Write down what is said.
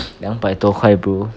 两百多块 bro